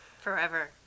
Forever